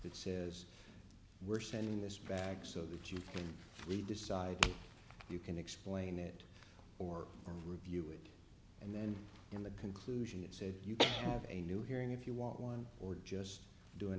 that says we're sending this back so that you can we decide you can explain it or review it and then in the conclusion it said you can have a new hearing if you want one or just do an